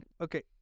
okay